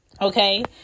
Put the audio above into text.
okay